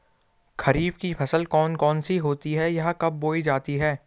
खरीफ की फसल कौन कौन सी होती हैं यह कब बोई जाती हैं?